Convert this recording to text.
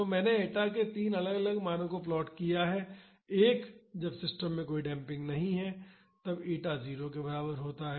तो मैंने ईटा के 3 अलग अलग मानों को प्लॉट किया है एक जब सिस्टम में कोई डेम्पिंग नहीं है तब ईटा 0 के बराबर होता है